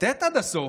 צטט עד הסוף.